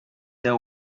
their